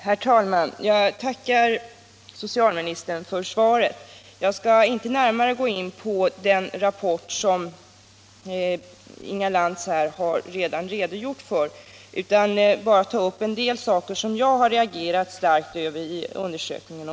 Herr talman! Jag tackar socialministern för svaret på min fråga. Jag skall inte närmare gå in på den rapport som Inga Lantz redan har redogjort för utan tänker bara ta upp en del saker som jag har reagerat starkt på i SOMI-undersökningen.